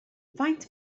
faint